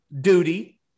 Duty